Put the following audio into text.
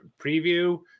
preview